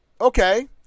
okay